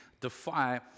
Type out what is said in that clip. defy